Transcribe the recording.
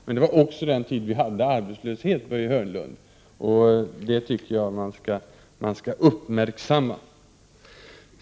Men det var också den tid då vi hade arbetslöshet, Börje Hörnlund. Det tycker jag man skall uppmärksamma.